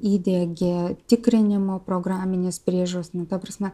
įdiegė tikrinimo programinės priežiūros ta prasme